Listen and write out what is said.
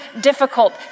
difficult